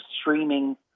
streaming